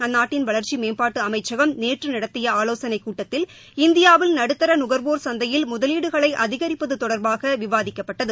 அந்நாட்டின் வளர்ச்சி மேம்பாட்டு அமைச்சக நேற்று நடத்திய ஆலோசனைக் கூட்டத்தில் இந்தியாவில் நடுத்தர நுகர்வோர் சந்தையில் முதவீடுகளை அதிகரிப்பது தொடர்பாக விவாதிக்கப்பட்டது